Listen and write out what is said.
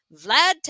Vlad